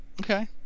Okay